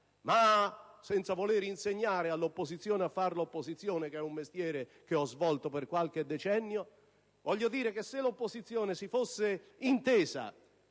Senza voler insegnare all'opposizione a fare l'opposizione, che è un mestiere che ho svolto per qualche decennio, voglio evidenziare che se l'opposizione avesse inteso